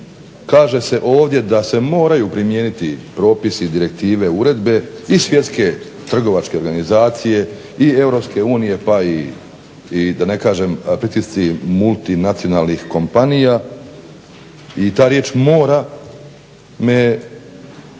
kaže se ovdje da se moraju primijeniti propisi, direktive, uredbe i Svjetske trgovačke organizacije i EU pa i da ne kažem pritisci multinacionalnih kompanija i ta riječ mora me ponukala